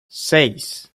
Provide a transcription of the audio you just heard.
seis